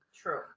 True